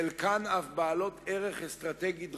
חלקן אף בעלות ערך אסטרטגי דרמטי,